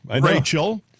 Rachel